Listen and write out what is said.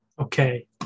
Okay